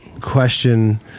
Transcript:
question